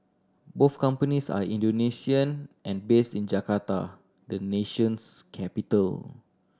both companies are Indonesian and based in Jakarta the nation's capital